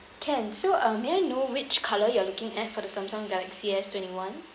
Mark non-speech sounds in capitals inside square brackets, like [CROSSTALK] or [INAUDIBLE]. [BREATH] can so uh may I which colour you are looking at for the Samsung galaxy S twenty-one